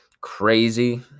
Crazy